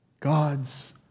God's